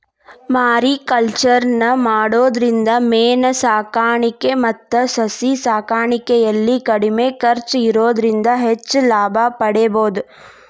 mariculture ನ ಮಾಡೋದ್ರಿಂದ ಮೇನ ಸಾಕಾಣಿಕೆ ಮತ್ತ ಸಸಿ ಸಾಕಾಣಿಕೆಯಲ್ಲಿ ಕಡಿಮೆ ಖರ್ಚ್ ಇರೋದ್ರಿಂದ ಹೆಚ್ಚ್ ಲಾಭ ಪಡೇಬೋದು